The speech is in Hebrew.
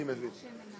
אני מבין,